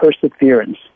perseverance